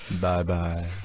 Bye-bye